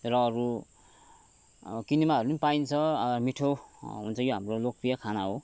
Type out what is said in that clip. र अरू किनेमाहरू पनि पाइन्छ मिठो हुन्छ यो हाम्रो लोकप्रिय खाना हो